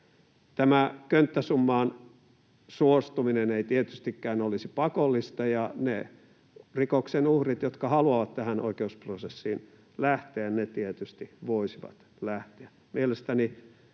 Könttäsummaan suostuminen ei tietystikään olisi pakollista, ja ne rikoksen uhrit, jotka haluavat tähän oikeusprosessiin lähteä, tietysti voisivat siihen